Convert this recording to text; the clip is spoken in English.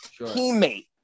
teammate